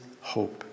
hope